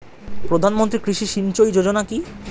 প্রধানমন্ত্রী কৃষি সিঞ্চয়ী যোজনা কি?